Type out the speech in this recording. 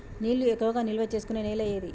నీళ్లు ఎక్కువగా నిల్వ చేసుకునే నేల ఏది?